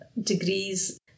degrees